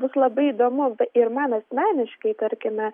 bus labai įdomu ir man asmeniškai tarkime